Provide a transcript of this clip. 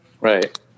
Right